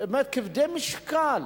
משקל